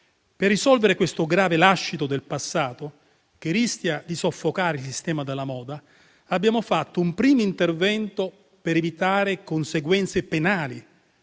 Per risolvere questo grave lascito del passato, che rischia di soffocare il sistema della moda, abbiamo fatto un primo intervento per evitare conseguenze penali,